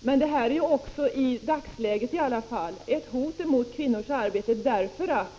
Men där finns också, i dagsläget, ett hot mot kvinnors arbete.